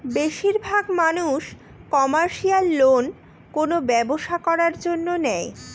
বেশির ভাগ মানুষ কমার্শিয়াল লোন কোনো ব্যবসা করার জন্য নেয়